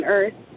Earth